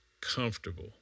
comfortable